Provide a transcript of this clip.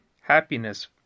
happiness